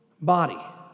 body